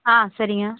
ஆ சரிங்க